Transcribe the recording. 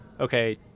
okay